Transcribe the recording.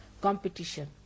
competition